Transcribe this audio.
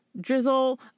drizzle